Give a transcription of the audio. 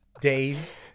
days